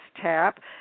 tap